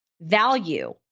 value